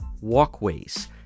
walkways